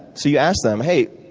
so you ask them, hey,